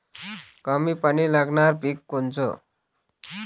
कमी पानी लागनारं पिक कोनचं?